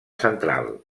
central